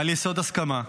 על יסוד הסכמה.